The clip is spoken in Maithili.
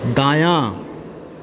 दायाँ